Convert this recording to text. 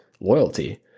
loyalty